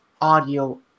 audio